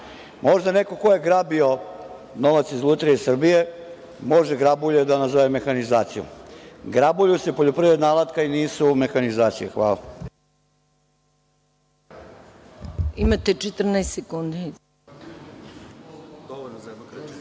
Možda neko ko je grabio novac iz Lutrije Srbije može grabulju da nazove mehanizacijom. Grabulja je poljoprivredna alatka i nije mehanizacija. Hvala.